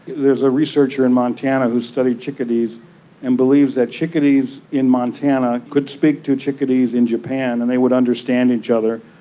there's a researcher in montana who studied chickadees and believes that chickadees in montana could speak to chickadees in japan and they would understand each other.